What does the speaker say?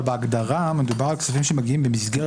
אבל בהגדרה מדובר על כספים שמגיעים במסגרת